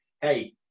hey